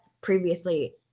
previously